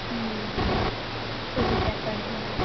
ऊ भी पैक कर दीजिए